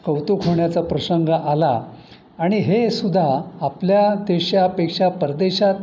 कौतुक होण्याचा प्रसंग आला आणि हे सुद्धा आपल्या देशापेक्षा परदेशात